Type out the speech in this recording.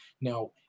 Now